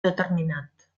determinat